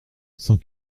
sans